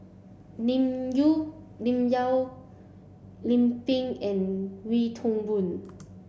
Lim Lim Yau Lim Pin and Wee Toon Boon